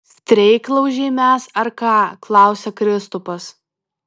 streiklaužiai mes ar ką klausia kristupas